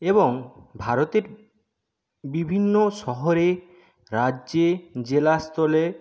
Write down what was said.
এবং ভারতের বিভিন্ন শহরে রাজ্যে জেলা স্তরে